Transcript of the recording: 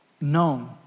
known